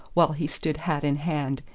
while he stood hat in hand,